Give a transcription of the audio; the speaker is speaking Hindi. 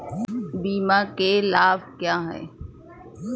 बीमा के लाभ क्या हैं?